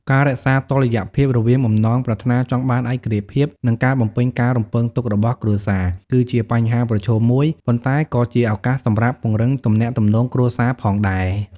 ការរក្សាតុល្យភាពរវាងបំណងប្រាថ្នាចង់បានឯករាជ្យភាព និងការបំពេញការរំពឹងទុករបស់គ្រួសារ គឺជាបញ្ហាប្រឈមមួយ ប៉ុន្តែក៏ជាឱកាសសម្រាប់ពង្រឹងទំនាក់ទំនងគ្រួសារផងដែរ។